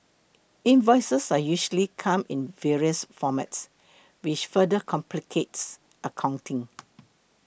invoices are usually come in various formats which further complicates accounting